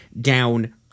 down